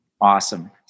awesome